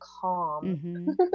calm